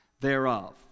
Thereof